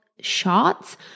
shots